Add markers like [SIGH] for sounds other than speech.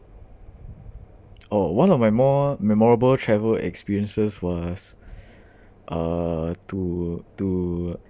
oh one of my more memorable travel experiences was [BREATH] uh to to